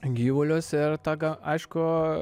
gyvulius ir tada aišku